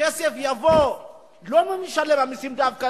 כסף לעניין הזה יבוא לא ממשלם המסים דווקא,